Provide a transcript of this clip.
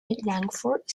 langford